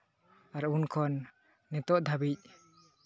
ᱟᱨ ᱩᱱ ᱠᱷᱚᱱ ᱱᱤᱛᱚᱜ ᱫᱷᱟᱹᱵᱤᱡ